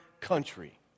country